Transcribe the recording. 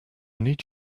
need